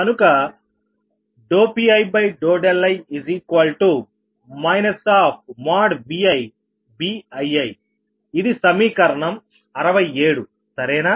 కనుక Pii ViBiiఇది సమీకరణం 67 సరేనా